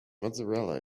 mozzarella